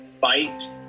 fight